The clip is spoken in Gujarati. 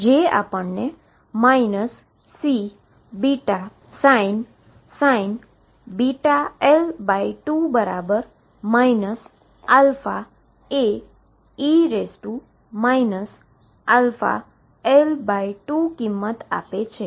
જે આપણને Cβsin βL2 αAe αL2 ની કિંમત આપે છે